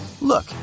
Look